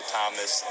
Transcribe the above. Thomas